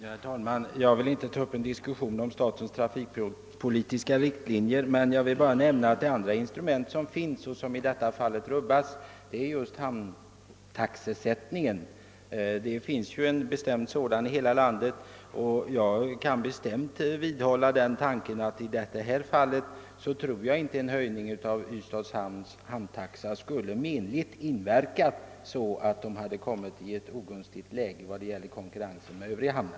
Herr talman! Jag vill inte ta upp en diskussion om statens trafikpolitiska riktlinjer, men jag vill nämna att det andra instrument som finns och som i detta fall rubbas är just hamntaxesättningen. Det finns ju en bestämd taxesättning i hela landet, och jag kan bestämt vidhålla uppfattningen att en höjning av Ystads hamntaxa i detta fall inte skulle menligt inverka så att Ystad skulle komma i ett ogynnsamt läge i konkurrens med andra hamnar.